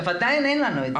אבל עדיין אין לנו את זה.